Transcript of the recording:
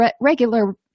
regular